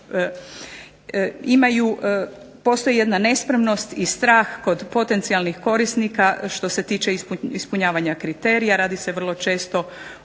Postoji jedna nespremnost i strah kod potencijalnih korisnika što se tiče ispunjavanja kriterija, radi se o manjim